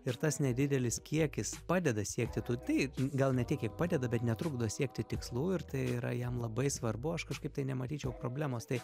ir tas nedidelis kiekis padeda siekti taip gal ne tiek kiek padeda bet netrukdo siekti tikslų ir tai yra jam labai svarbu aš kažkaip tai nematyčiau problemos tai